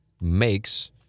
makes